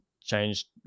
changed